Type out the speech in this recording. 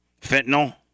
Fentanyl